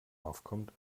aufkommt